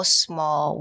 small